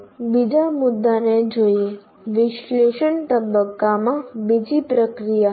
ચાલો બીજા મુદ્દાને જોઈએ વિશ્લેષણ તબક્કામાં બીજી પ્રક્રિયા